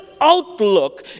outlook